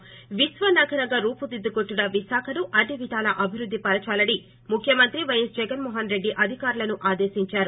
శి విశ్వ నగరంగా రూపుదిద్దుకుంటున్స విశాఖను అన్ని విధాల అభివృద్ది పరచాలని ముఖ్యమంత్రి పైఎస్ జగన్మో హన్ రెడ్డి అధికారులు ఆదేశించారు